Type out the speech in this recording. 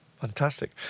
fantastic